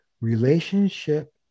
Relationship